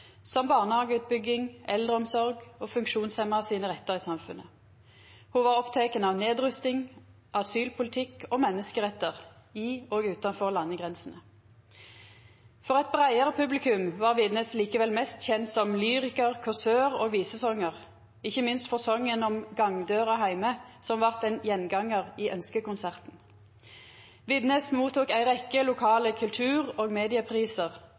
som barnehageutbygging, eldreomsorg og funksjonshemma sine rettar i samfunnet. Ho var oppteken av nedrusting, asylpolitikk og menneskerettar i og utanfor landegrensene. For eit breiare publikum var Widnes likevel mest kjent som lyrikar, kåsør og visesongar, ikkje minst for songen om «gangdøra heime», som vart ein gjengangar i Ønskekonserten. Widnes mottok ei rekkje lokale kultur- og medieprisar,